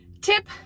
Tip